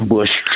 Bush